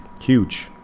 Huge